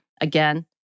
Again